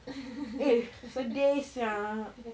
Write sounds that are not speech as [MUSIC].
[LAUGHS]